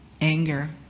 anger